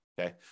okay